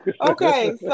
Okay